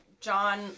John